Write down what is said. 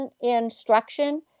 instruction